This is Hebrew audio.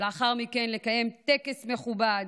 ולאחר מכן לקיים טקס מכובד,